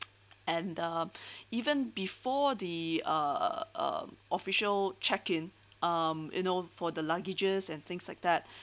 and um even before the uh uh official check in um you know for the luggages and things like that